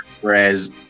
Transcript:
whereas